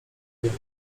wiele